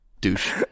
Douche